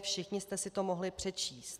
Všichni jste si to mohli přečíst.